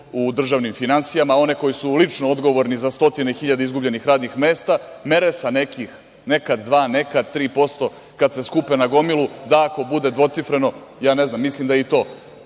u državnim finansijama, one koje su lično odgovorni za stotine hiljada izgubljenih radnih mesta, mere sa nekih 2 – 3%, kada se skupe na gomilu, da ako bude dvocifreno, mislim da je to